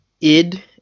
ID